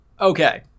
okay